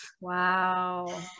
Wow